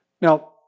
Now